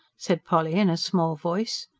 said polly in a small voice.